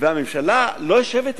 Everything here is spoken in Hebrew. והממשלה לא יושבת אתו?